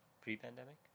pre-pandemic